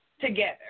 together